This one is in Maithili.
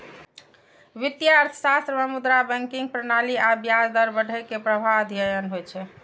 वित्तीय अर्थशास्त्र मे मुद्रा, बैंकिंग प्रणाली आ ब्याज दर बढ़ै के प्रभाव अध्ययन होइ छै